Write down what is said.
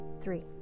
three